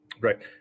Right